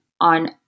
on